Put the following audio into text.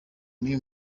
n’uyu